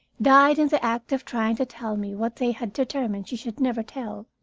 died in the act of trying to tell me what they had determined she should never tell.